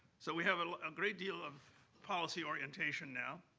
so we have a great deal of policy orientation now.